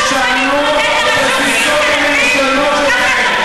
תשנו את התפיסות המיושנות שלכם.